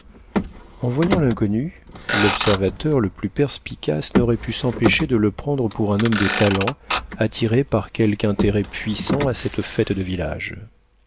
en voyant l'inconnu l'observateur le plus perspicace n'aurait pu s'empêcher de le prendre pour un homme de talent attiré par quelque intérêt puissant à cette fête de village